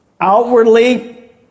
Outwardly